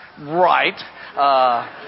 Right